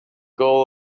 goal